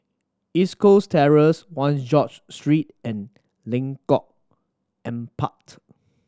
East Coast Terrace Ones George Street and Lengkong Empat